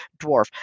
dwarf